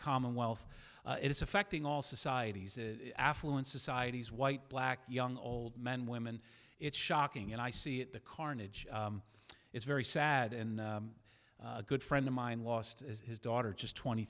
commonwealth it is affecting all societies affluent societies white black young old men women it's shocking and i see it the carnage is very sad and a good friend of mine lost his daughter just twenty